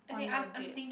on your date